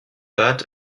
that